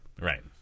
Right